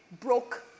broke